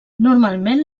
normalment